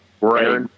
right